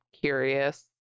curious